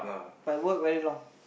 but work very long